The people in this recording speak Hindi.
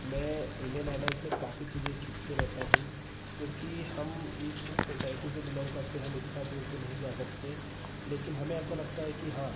मैं इंडियन आइडल से काफी चीजें सीखते रहता हूँ क्योंकि हम इस सोसाइटी से बिलॉन्ग करते हैं हम इतना दूर तो नहीं जा सकते लेकिन हमें ऐसा लगता है कि हाँ